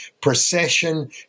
procession